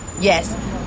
Yes